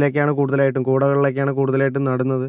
ഇതിലൊക്കെയാണ് കൂടുതലായിട്ടും കൂടകളിലൊക്കെയാണ് കൂടുതലായിട്ടും നടുന്നത്